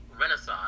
renaissance